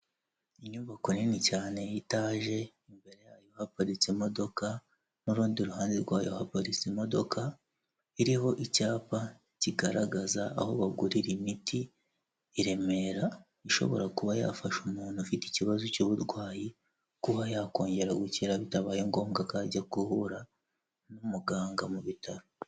Inyubako nini cyane y'itaje imbere yayo haparitse imodoka n'urundi ruhande rwayo haparitse imodoka iriho icyapa kigaragaza aho bagurira imiti i Remera ishobora kuba yafasha umuntu ufite ikibazo cy'uburwayi kuba yakongera gukira bitabaye ngombwa ko ajya guhura n'umuganga mu bitaro.